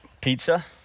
pizza